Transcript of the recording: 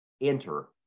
Enter